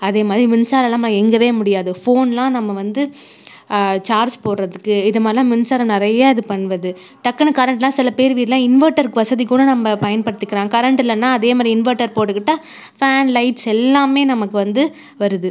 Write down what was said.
அதே மாதிரி மின்சாரம் இல்லாமல் இயங்கவே முடியாது ஃபோன்லாம் நம்ம வந்து சார்ஜ் போடறதுக்கு இது மாதிரிலாம் மின்சாரம் நிறைய இது பண்ணுவது டக்குன்னு கரண்ட்லாம் சில பேர் வீடுலாம் இன்வெர்ட்டர் வசதி கூட நம்ம பயன்படுத்திக்கிறாங்க கரண்ட் இல்லைனா அதே மாதிரி இன்வெர்ட்டர் போட்டுக்கிட்டால் ஃபேன் லைட்ஸ் எல்லாமே நமக்கு வந்து வருது